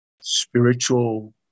spiritual